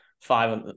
five